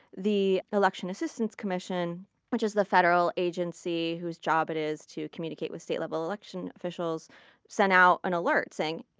the election assistance commission which is the federal agency whose job it is to communicate with state level election officials sent out an alert saying,